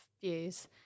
views